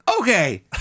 okay